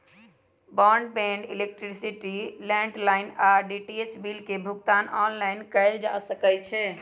broadband, electricity, landline आऽ DTH bill के भुगतान ऑनलाइन कएल जा सकइ छै